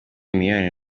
miliyoni